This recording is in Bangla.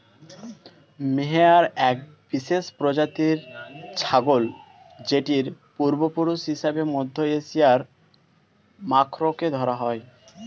মোহেয়ার এক বিশেষ প্রজাতির ছাগল যেটির পূর্বপুরুষ হিসেবে মধ্য এশিয়ার মাখরকে ধরা হয়